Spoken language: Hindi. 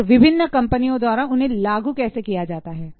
और विभिन्न कंपनियों द्वारा उन्हें कैसे लागू किया जाता है